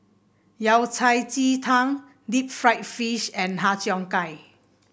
Yao Cai Ji Tang Deep Fried Fish and Har Cheong Gai